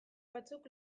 batzuk